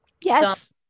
Yes